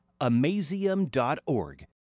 amazium.org